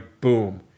boom